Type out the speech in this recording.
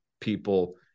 people